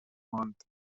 ماند